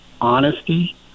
honesty